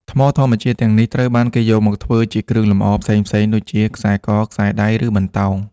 ថ្មធម្មជាតិទាំងនេះត្រូវបានគេយកមកធ្វើជាគ្រឿងលម្អផ្សេងៗ ដូចជា ខ្សែក ខ្សែដៃ ឬបន្តោង។